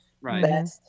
right